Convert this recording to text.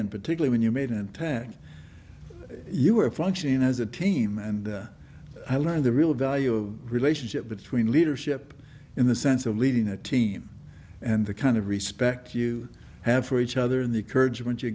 in particular when you made an attack you were functioning as a team and i learned the real value of relationship between leadership in the sense of leading a team and the kind of respect you have for each other and the kurds you want